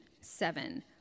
seven